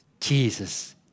Jesus